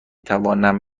توانم